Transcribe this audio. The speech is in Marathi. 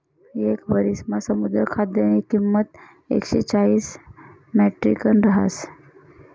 येक वरिसमा समुद्र खाद्यनी किंमत एकशे चाईस म्याट्रिकटन रहास